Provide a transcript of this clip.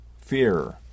fear